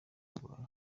urwaye